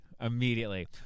immediately